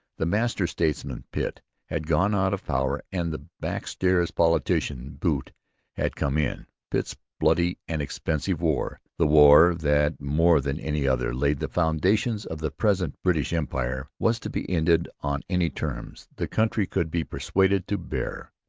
the master-statesman pitt had gone out of power and the back-stairs politician bute had come in. pitt's bloody and expensive war' the war that more than any other, laid the foundations of the present british empire was to be ended on any terms the country could be persuaded to bear.